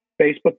Facebook